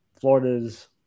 Florida's